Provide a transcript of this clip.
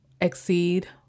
exceed